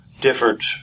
different